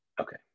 okay